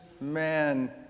man